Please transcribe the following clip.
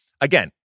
again